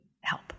help